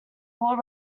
law